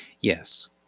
Yes